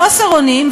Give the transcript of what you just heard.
חוסר אונים,